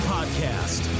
Podcast